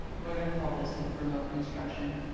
we're gonna call this and remote instruction.